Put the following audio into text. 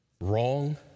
wrong